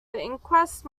inquest